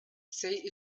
say